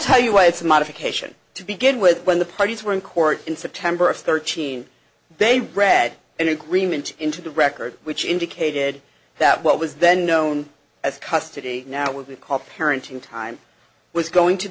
tell you why it's a modification to begin with when the parties were in court in september of thirteen they read an agreement into the record which indicated that what was then known as custody now would be called parenting time was going to